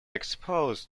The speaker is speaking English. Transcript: exposed